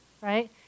right